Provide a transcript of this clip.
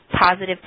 positive